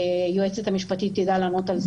שהיועצת המשפטית תדע לענות על זה.